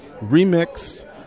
remixed